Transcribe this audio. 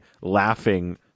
laughing